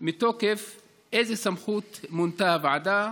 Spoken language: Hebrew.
3. מתוקף איזו סמכות מונתה הוועדה?